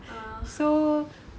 uh